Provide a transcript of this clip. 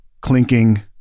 clinking